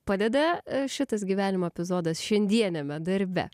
padeda šitas gyvenimo epizodas šiandieniame darbe